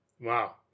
Wow